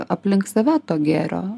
aplink save to gėrio